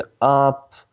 up